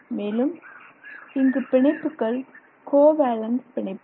மேலும் இங்கு பிணைப்புகள் கோவேலேன்ட் பிணைப்புக்கள்